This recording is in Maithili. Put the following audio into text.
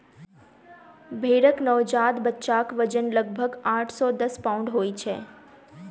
भेंड़क नवजात बच्चाक वजन लगभग आठ सॅ दस पाउण्ड होइत छै